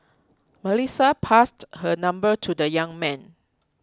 Melissa passed her number to the young man